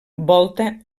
volta